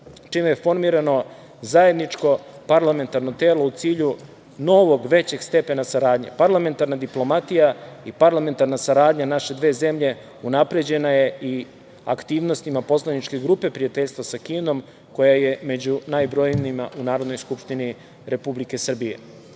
čime je formirano zajedničko parlamentarno telo u cilju novog većeg stepena saradnje. Parlamentarna diplomatija i parlamentarna saradnja naše dve zemlje unapređena je i aktivnostima Poslaničke grupe prijateljstva sa Kinom, koja je među najbrojnijima u Narodnoj skupštini Republike